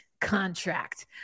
contract